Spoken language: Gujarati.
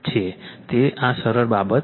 તો આ સરળ બાબત છે